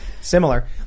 Similar